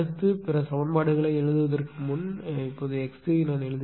அடுத்து பிற சமன்பாடுகளை எழுதுவதற்கு முன் இப்போது எழுதுவோம் ̇ நான் ஏன்